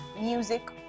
music